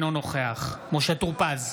אינו נוכח משה טור פז,